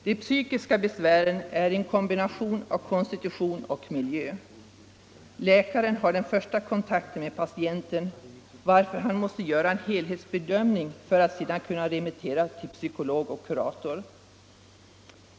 De psykiska besvären orsakas av en kombination av konstitution och miljö. Läkaren har den första kontakten med patienten, varför han måste göra en helhetsbedömning för att sedan kunna remittera till psykolog och kurator.